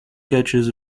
sketches